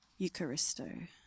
Eucharisto